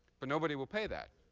but nobody will pay that.